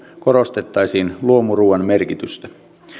korostettaisiin luomuruoan merkitystä